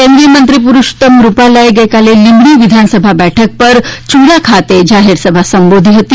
કેન્દ્રીયમંત્રી પુરૂષોત્તમ રૂપાલાએ ગઈકાલે લીંબડી વિધાનસભા બેઠક પર યુડા ખાતે જાહેરસભા સંબોધી હતી